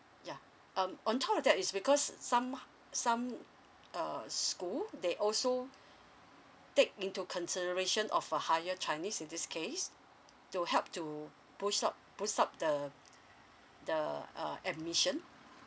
ya um on top of that is because some some err school they also take into consideration of a higher chinese in this case to help to boost up boost up the the uh admission